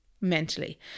mentally